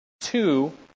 Two